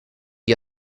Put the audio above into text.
gli